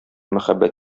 мәхәббәт